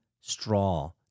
straw